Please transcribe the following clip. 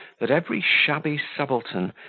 that every shabby subaltern,